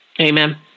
Amen